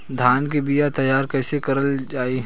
धान के बीया तैयार कैसे करल जाई?